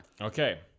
Okay